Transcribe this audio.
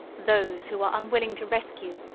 those who are unwilling to rescue,